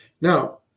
Now